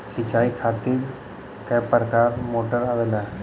सिचाई खातीर क प्रकार मोटर आवेला?